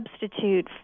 substitute